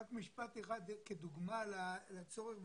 רק משפט אחד כדוגמה לצורך בסמכויות,